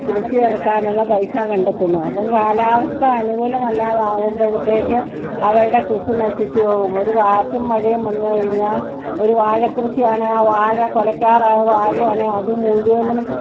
കൃഷി ഇറക്കാനുള്ള പൈസാ കണ്ടെത്തുന്നത് അപ്പം കാലാവസ്ഥ അനുകൂലം അല്ലാതാകുമ്പോഴത്തേക്ക് അവരുടെ കൃഷി നശിച്ച് പോകും ഒരു കാറ്റും മഴയും വന്ന് കഴിഞ്ഞാൽ ഒരു വാഴ കൃഷിയാണെ ആ വാഴ കുലക്കാറായ വാഴയാണെ അത് മുഴുവനും